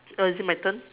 oh is it my turn